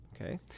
Okay